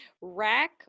rack